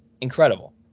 Incredible